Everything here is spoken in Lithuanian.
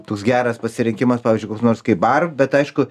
toks geras pasirinkimas pavyzdžiui koks nors kai bar bet aišku